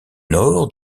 nord